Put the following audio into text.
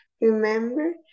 remember